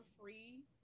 free